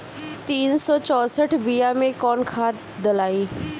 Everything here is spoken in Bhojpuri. तीन सउ चउसठ बिया मे कौन खाद दलाई?